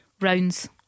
rounds